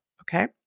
Okay